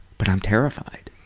but i'm terrified.